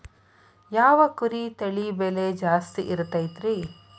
ಯಾವ ಕುರಿ ತಳಿ ಬೆಲೆ ಜಾಸ್ತಿ ಇರತೈತ್ರಿ?